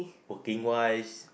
working wise